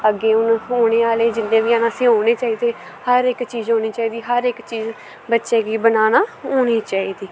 अग्गें हुन औने आह्ले जिन्ने बी हैन असें औने चाही दे हर इक चीज़ औनी चाहिदी हर इक चीज़ बच्चें गी बनाना औनी चाहिदी